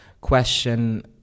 question